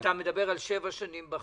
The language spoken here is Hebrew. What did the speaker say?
אתה מדבר בחוק על שבע שנים.